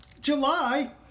July